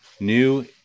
New